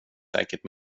säkert